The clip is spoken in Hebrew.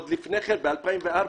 ב-2004,